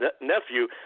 nephew